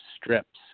strips